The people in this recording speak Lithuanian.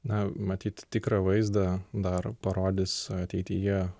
na matyt tikrą vaizdą dar parodys ateityje